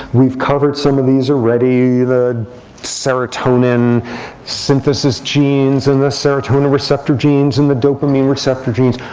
we've covered some of these are already the serotonin synthesis genes, and the serotonin receptor genes, and the dopamine receptor genes.